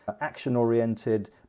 action-oriented